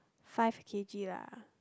five K_G lah